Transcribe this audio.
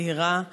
זהירה,